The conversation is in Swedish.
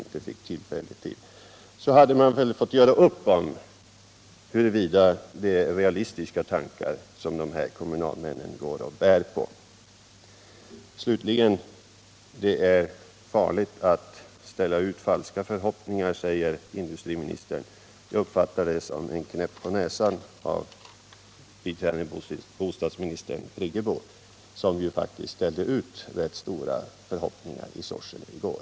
Då hade man kunnat diskutera huruvida det är realistiska tankar som dessa kommunalmän går och bär på. Industriministern säger att det är farligt att inge falska förhoppningar. Det uttalandet tolkar jag som en knäpp på näsan för biträdande bostadsministern Birgit Friggebo, som ju faktiskt ingav rätt stora förhoppningar i Sorsele i går.